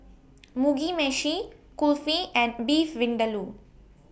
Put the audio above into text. Mugi Meshi Kulfi and Beef Vindaloo